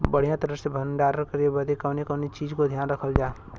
बढ़ियां तरह से भण्डारण करे बदे कवने कवने चीज़ को ध्यान रखल जा?